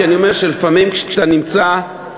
כי אני אומר שלפעמים כשאתה נמצא,